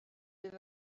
bydd